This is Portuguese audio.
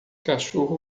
cachorro